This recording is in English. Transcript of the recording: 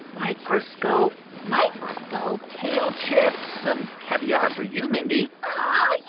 microscope microscope? kale chips, some caviar for you, mindy aw,